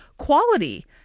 quality